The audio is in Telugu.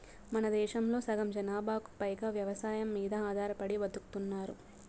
మనదేశంలో సగం జనాభాకు పైగా వ్యవసాయం మీద ఆధారపడి బతుకుతున్నారు